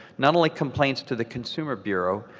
not only complaints to the consumer bureau,